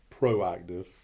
proactive